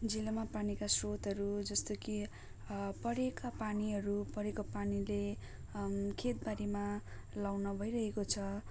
जीवनमा पानीका स्रोतहरू जस्तो कि परेका पानीहरू परेका पानीले खेतबारीमा लगाउन भइरहेको छ